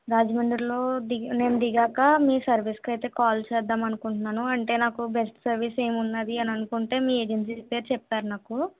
రాజమండ్రిలో దిగి నేను దిగాక మీ సర్వీస్కి కాల్ చేద్దామని అనుకుంటున్నాను అంటే నాకు బెస్ట్ సర్వీస్ ఏమి ఉన్నది అని అనుకుంటే మీ ఏజెన్సీ పేరు చెప్పారు నాకు